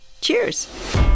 cheers